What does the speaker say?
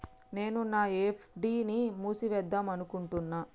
నేను నా ఎఫ్.డి ని మూసివేద్దాంనుకుంటున్న